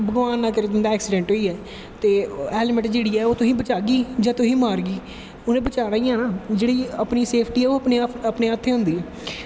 भगवान ना करे तुंदा ऐक्सिडैंट होई जाए ते हैल्मट जेह्ड़ी ऐ ओह् तुसेंगी बचागी जां तुसेंगी मारगी उनें बचाना ई ऐ ना जेह्ड़ी अपनी सेफ्टी ऐ अपनें हत्थें होंदी ऐ